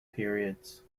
periods